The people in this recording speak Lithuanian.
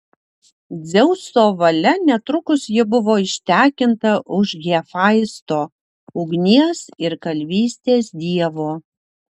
dzeuso valia netrukus ji buvo ištekinta už hefaisto ugnies ir kalvystės dievo